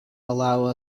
allow